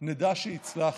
נדע שהצלחנו,